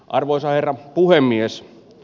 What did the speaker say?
arvoisa herra puhemies